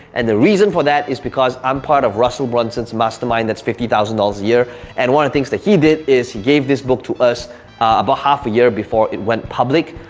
and the reason for that is because i'm part of russell brunson mastermind. that's fifty thousand dollars a year and one of the things that he did is he gave this book to us about half a year before it went public,